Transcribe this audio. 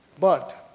but,